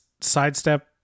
sidestep